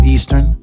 Eastern